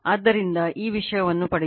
ಆದ್ದರಿಂದ ಈ ವಿಷಯವನ್ನು ಪಡೆಯುತ್ತದೆ